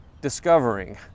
discovering